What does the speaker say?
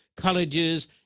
Colleges